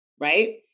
right